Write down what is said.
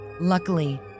Luckily